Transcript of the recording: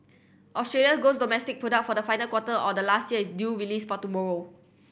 Australia gross domestic product for the final quarter of last year is due release for tomorrow